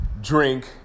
drink